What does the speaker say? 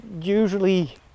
usually